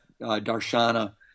Darshana